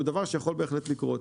הוא דבר שיכול בהחלט לקרות.